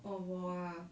oh 我啊